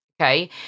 okay